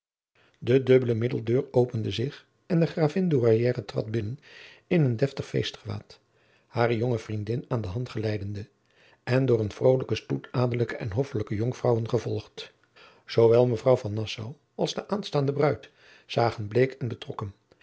de dubbele middeldeur opende zich en de gravin douairière trad binnen in een deftig feestgewaad hare jonge vriendin aan de hand geleidende en door een vrolijken stoet adelijke en hoffelijke jonkvrouwen gevolgd zoowel mevrouw van nassau als de aanstaande bruid zagen bleek en betrokken